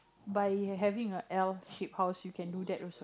by having a L shape house you can do that also